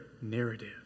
narrative